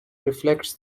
reflects